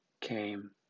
Came